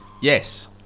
yes